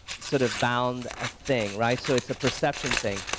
sort of bound ah thing, right so it's a perception thing.